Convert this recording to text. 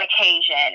occasion